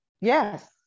yes